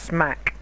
Smack